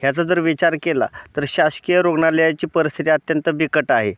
ह्याचा जर विचार केला तर शासकीय रुग्णालयाची परिस्थिती अत्यंत बिकट आहे